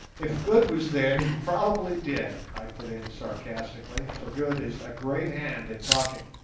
if good was there you probably did i put in sarcastically, for good is a great hand at talking.